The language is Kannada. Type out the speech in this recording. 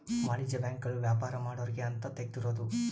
ವಾಣಿಜ್ಯ ಬ್ಯಾಂಕ್ ಗಳು ವ್ಯಾಪಾರ ಮಾಡೊರ್ಗೆ ಅಂತ ತೆಗ್ದಿರೋದು